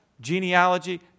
genealogy